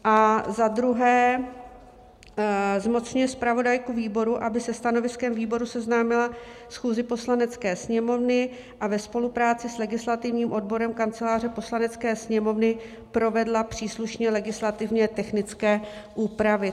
A za druhé zmocňuje zpravodajku výboru, aby se stanoviskem výboru seznámila schůzi Poslanecké sněmovny a ve spolupráci s legislativním odborem Kanceláře Poslanecké sněmovny provedla příslušné legislativně technické úpravy.